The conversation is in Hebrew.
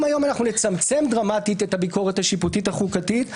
אם היום נצמצם דרמטית את הביקורת השיפוטית החוקתית,